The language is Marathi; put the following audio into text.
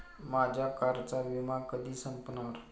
माझ्या कारचा विमा कधी संपणार